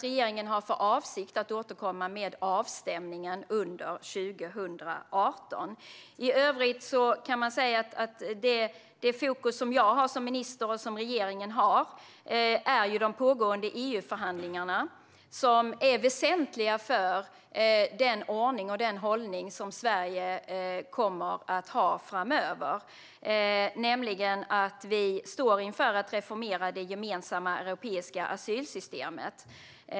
Regeringen har för avsikt att återkomma med en avstämning under 2018. Det fokus som jag som minister och regeringen i övrigt har är ju att de pågående EU-förhandlingarna är väsentliga för den ordning och den hållning som Sverige kommer att ha framöver. Vi står inför att reformera det gemensamma europeiska asylsystemet.